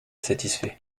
satisfait